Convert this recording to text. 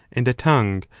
and a tongue,